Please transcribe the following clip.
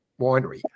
Winery